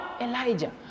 elijah